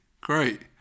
great